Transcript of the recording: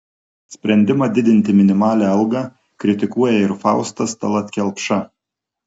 sprendimą didinti minimalią algą kritikuoja ir faustas tallat kelpša